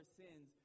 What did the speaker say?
sins